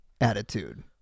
attitude